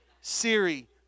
Siri